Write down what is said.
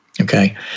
Okay